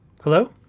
Hello